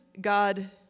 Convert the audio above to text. God